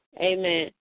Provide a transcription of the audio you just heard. Amen